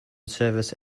service